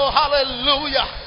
hallelujah